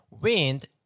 wind